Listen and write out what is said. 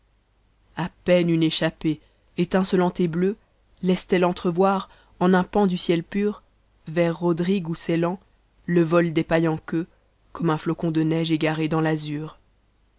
a peine une échappée étinceiante et bleue laisse-t-elle entrevoir en un pan du ciel pur vers rodrigue ou ceylan le vol des paiue en queue comme un flocon de neige égaré dans l'azur